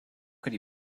could